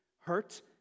hurt